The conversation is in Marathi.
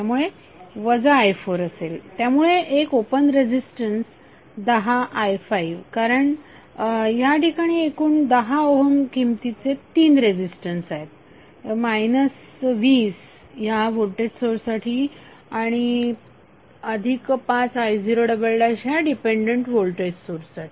त्यामुळे i4 असेल त्यामुळे एक ओपन रेजिस्टन्स 10i5 कारण या ठिकाणी एकूण 10 ओहम किमतीचे 3 रेझीस्टन्स आहेत 20 ह्या व्होल्टेज सोर्ससाठी आणि 5i0 ह्या डिपेंडंट व्होल्टेज सोर्ससाठी